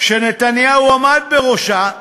שנתניהו עמד בראשה,